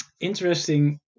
interesting